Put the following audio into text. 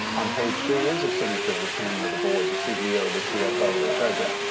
on page three is a signature of the chairman of the board, the ceo, the cfo, the treasurer.